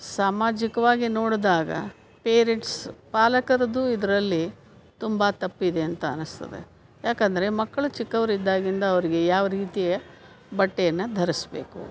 ಸಾಮಾಜಿಕವಾಗಿ ನೋಡಿದಾಗ ಪೇರೆಂಟ್ಸ್ ಪಾಲಕರದ್ದೂ ಇದರಲ್ಲಿ ತುಂಬ ತಪ್ಪಿದೆ ಅಂತ ಅನ್ನಿಸ್ತದೆ ಯಾಕೆಂದರೆ ಮಕ್ಕಳು ಚಿಕ್ಕವರಿದ್ದಾಗಿಂದ ಅವ್ರಿಗೆ ಯಾವ ರೀತಿಯ ಬಟ್ಟೆಯನ್ನು ಧರಿಸಬೇಕು